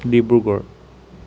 Dibrugarh